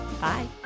Bye